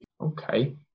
Okay